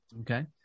okay